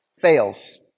fails